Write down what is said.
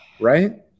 right